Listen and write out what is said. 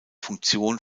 funktion